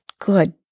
Good